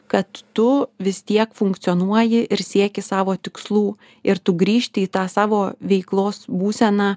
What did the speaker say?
kad tu vis tiek funkcionuoji ir sieki savo tikslų ir tu grįžti į tą savo veiklos būseną